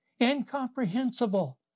incomprehensible